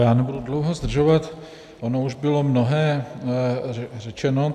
Já nebudu dlouho zdržovat, ono už bylo mnohé řečeno.